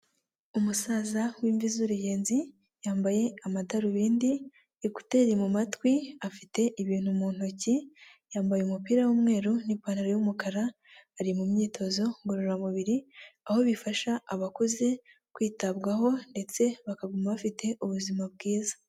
Umusaza w'imvi z'uruyenzi, yambaye amadarubindi ekuteri mu matwi, afite ibintu mu ntoki, yambaye umupira w'umweru n'ipantaro y'umukara, ari mu myitozo ngororamubiri, aho bifasha abakuze kwitabwaho, ndetse bakaguma bafite ubuzima bwiza.